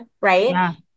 Right